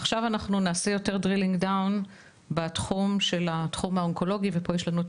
עכשיו נעבור לתחום האונקולוגי ובשביל זה יש לנו את